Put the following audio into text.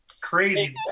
crazy